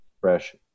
fresh